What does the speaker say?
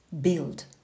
build